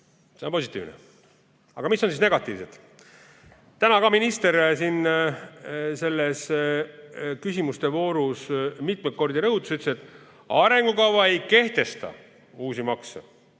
see on positiivne. Aga mida on siin negatiivset? Täna minister siin küsimuste voorus mitmeid kordi rõhutas, et arengukava ei kehtesta uusi makse.